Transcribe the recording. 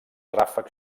ràfec